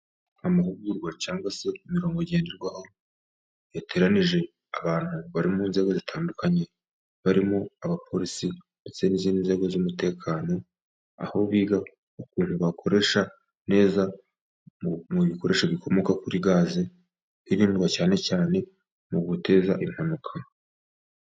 Amahugurwa cyangwa se imirongo ngenderwaho, yateranije abantu bari mu nzego zitandukanye barimo :abapolisi ndetse n'izindi nzego z'umutekano ,aho biga ukuntu bakoresha neza mu bikoresho bikomoka kuri gaze, hirindwa cyane cyane muguteza impanuka.